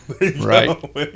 right